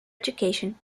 education